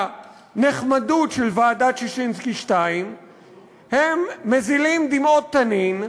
בנחמדות של ועדת ששינסקי 2. הם מזילים דמעות תנין,